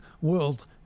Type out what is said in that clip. World